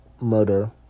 murder